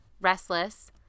restless